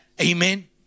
Amen